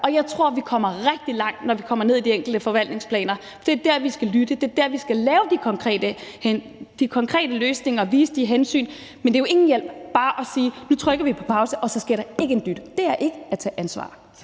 Og jeg tror, vi kommer rigtig langt, når vi kommer ned i de enkelte forvaltningsplaner. Det er der, vi skal lytte; det er der, vi skal lave de konkrete løsninger og vise de nødvendige hensyn. Men det er jo ingen hjælp bare at sige: Nu trykker vi på pauseknappen, og så sker der ikke en dyt. Det er ikke at tage ansvar.